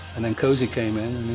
and then cozy came in